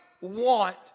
want